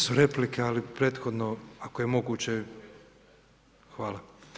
Tri su replike, ali prethodno ako je moguće, hvala.